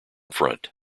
front